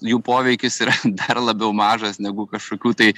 jų poveikis yra dar labiau mažas negu kažkokių tai